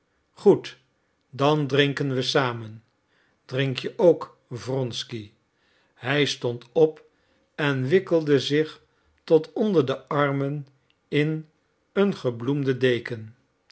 goed dan drinken we samen drink je ook wronsky hij stond op en wikkelde zich tot onder de armen in een gebloemde deken